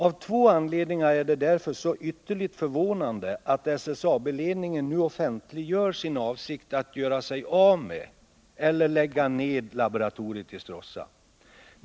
Av två anledningar är det därför ytterligt förvånande att SSAB-ledningen nu offentliggör sin avsikt att göra sig av med eller lägga ned laboratoriet i Stråssa.